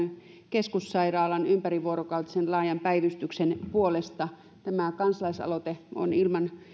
keskussairaalan ympärivuorokautisen laajan päivystyksen puolesta tämä kansalaisaloite on ilman